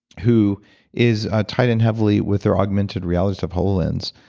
who is ah tied in heavily with their augmented reality stuff, hololens.